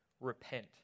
Repent